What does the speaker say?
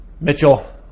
Mitchell